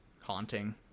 haunting